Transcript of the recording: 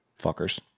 fuckers